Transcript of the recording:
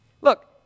Look